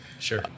Sure